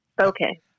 Okay